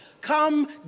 come